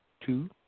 two